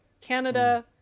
canada